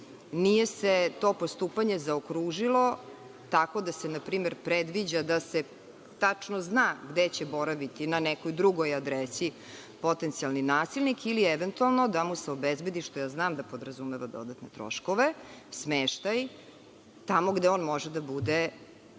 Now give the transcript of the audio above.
nije se to postupanje zaokružilo, tako da se npr. predviđa da se tačno zna gde će boraviti na nekoj drugoj adresi potencijalni nasilnik ili eventualno da mu se obezbedi, što znam da podrazumeva dodatne troškove, smeštaj tamo gde može da bude na